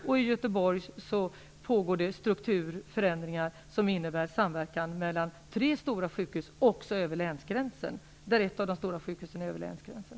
I Göteborg pågår strukturförändringar som innebär samverkan mellan tre stora sjukhus, av vilka ett ligger på andra sidan om länsgränsen